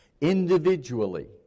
individually